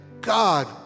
God